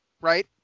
right